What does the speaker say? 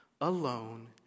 alone